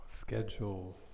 Schedules